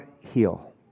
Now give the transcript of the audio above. heal